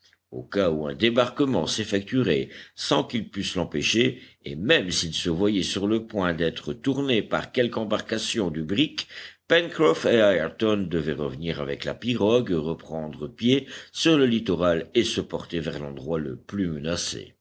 au cas où un débarquement s'effectuerait sans qu'ils pussent l'empêcher et même s'ils se voyaient sur le point d'être tournés par quelque embarcation du brick pencroff et ayrton devaient revenir avec la pirogue reprendre pied sur le littoral et se porter vers l'endroit le plus menacé